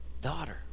daughter